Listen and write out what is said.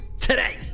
Today